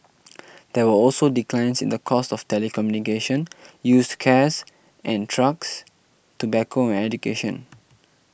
there were also declines in the cost of telecommunication used cares and trucks tobacco and education